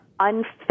unfit